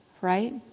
right